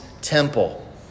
temple